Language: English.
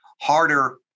harder